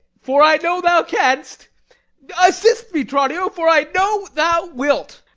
for i know thou canst assist me, tranio, for i know thou wilt.